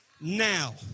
now